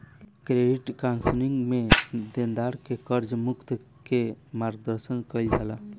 credit counselling में देनदार के कर्ज मुक्त के मार्गदर्शन कईल जाला